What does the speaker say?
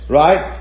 right